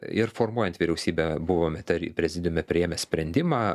ir formuojant vyriausybę buvome ter prezidiume priėmę sprendimą